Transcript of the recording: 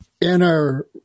inner